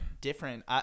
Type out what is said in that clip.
different